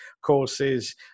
courses